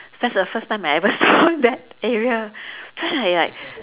that's the first time I ever saw that area then I like